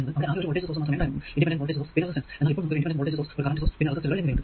എന്നാൽ ഇപ്പോൾ നമുക്ക് ഒരു ഇൻഡിപെൻഡന്റ് വോൾടേജ് സോഴ്സ് ഒരു കറന്റ് സോഴ്സ് പിന്നെ റെസിസ്റ്ററുകൾ എന്നിവ ഉണ്ട്